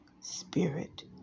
spirit